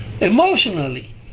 Emotionally